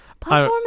Platforming